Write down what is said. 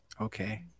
Okay